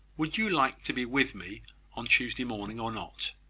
would you like to be with me on tuesday morning or not?